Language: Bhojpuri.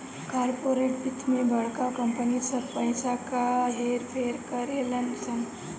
कॉर्पोरेट वित्त मे बड़का कंपनी सब पइसा क हेर फेर करेलन सन